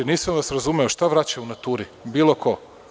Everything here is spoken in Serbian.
Nisam vas razumeo, šta vraća u naturi bilo ko?